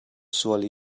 sual